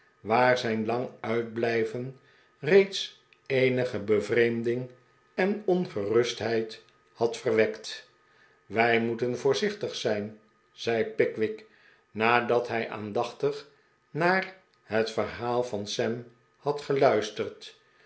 waar zijn lang uitblijven reeds eenige bevreemding en ongerustheid had verwekt wij moeten voorzichtig zijn zei pickwick nadat hij aandachtig naar het verhaal van sam had geluisterd